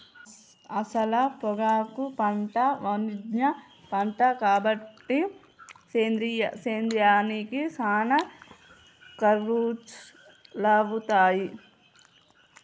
అసల పొగాకు పంట వాణిజ్య పంట కాబట్టి సేద్యానికి సానా ఖర్సులవుతాయి